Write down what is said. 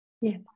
yes